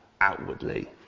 outwardly